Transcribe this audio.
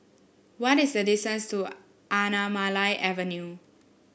what is the distance to Anamalai Avenue